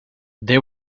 they